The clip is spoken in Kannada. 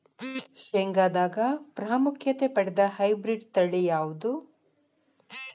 ಶೇಂಗಾದಾಗ ಪ್ರಾಮುಖ್ಯತೆ ಪಡೆದ ಹೈಬ್ರಿಡ್ ತಳಿ ಯಾವುದು?